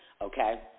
Okay